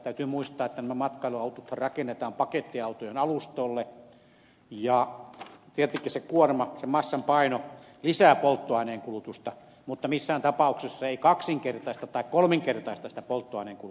täytyy muistaa että nämä matkailuautot rakennetaan pakettiautojen alustoille ja tietenkin se kuorma se massan paino lisää polttoaineen kulutusta mutta missään tapauksessa se ei kaksinkertaista tai kolminkertaista sitä polttoaineen kulutusta